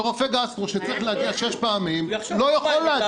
זה אומר שרופא גסטרו שצריך להגיע שש פעמים לא יכול להגיע,